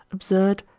absurd,